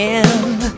end